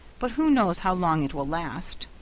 but who knows how long it will last?